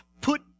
put